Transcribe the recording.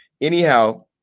Anyhow